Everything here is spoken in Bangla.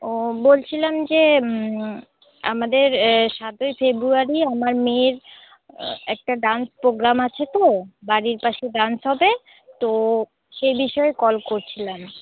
ও বলছিলাম যে আমাদের সাতই ফেব্রুয়ারি আমার মেয়ের একটা ডান্স পোগ্রাম আছে তো বাড়ির পাশে ডান্স হবে তো সে বিষয়ে কল করছিলাম